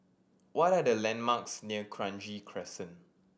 what are the landmarks near Kranji Crescent